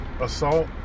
assault